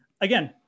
Again